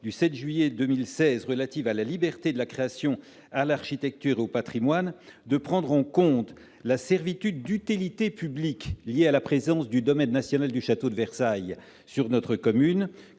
du 7 juillet 2016 relative à la liberté de la création, à l'architecture et au patrimoine, qui tient compte de la servitude d'utilité publique liée à la présence du domaine national du château de Versailles sur notre commune,